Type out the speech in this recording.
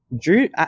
Drew